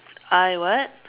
I what